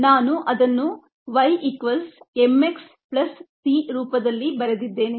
ನಾನು ಅದನ್ನು y mx c ರೂಪದಲ್ಲಿ ಬರೆದಿದ್ದೇನೆ